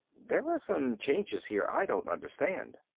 there are some changes here i don't understand.